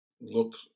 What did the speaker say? look